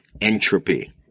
entropy